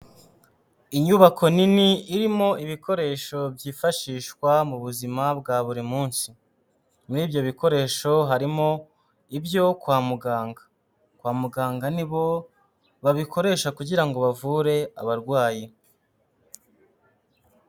Inyubako nini irimo ibikoresho byifashishwa mu buzima bwa buri munsi muribyo bikoresho harimo ibyo kwa muganga kwa muganga nibo babikoresha kugirango bavure abarwayi.